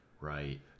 right